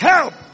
Help